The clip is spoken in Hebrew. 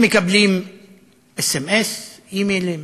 הם מקבלים סמ"ס, אימיילים,